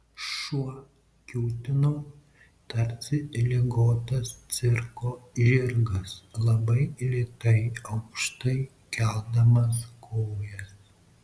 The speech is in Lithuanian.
šuo kiūtino tarsi ligotas cirko žirgas labai lėtai aukštai keldamas kojas